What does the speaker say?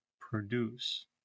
produce